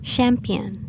Champion